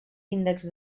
índexs